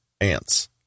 ants